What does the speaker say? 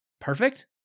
perfect